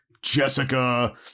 jessica